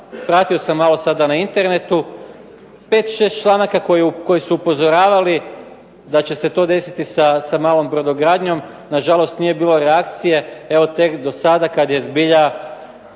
pratio sam malo sada na internetu pet, šest članaka koji su upozoravali da će se to desiti sa malom brodogradnjom. Na žalost, nije bilo reakcije evo tek do sada kad je zbilja